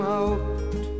out